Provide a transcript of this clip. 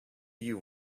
you